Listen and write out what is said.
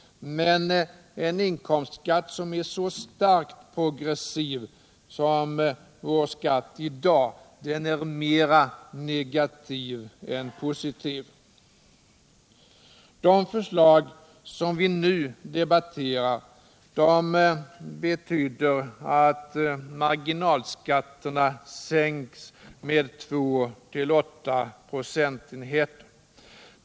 Men en inkomstskatt som är så starkt progressiv, som vår skatt i dag, är mera negativ än positiv. Det förslag vi nu debatterar betyder att marginalskatterna sänks med 2-8 procentenheter.